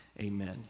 Amen